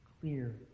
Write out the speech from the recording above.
clear